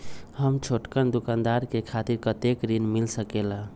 हम छोटकन दुकानदार के खातीर कतेक ऋण मिल सकेला?